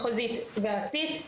מחוזית וארצית.